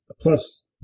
plus